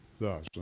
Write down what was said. thus